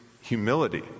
humility